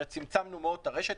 צמצמנו מאוד את הרשת,